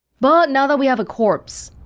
but, now that we have a corpse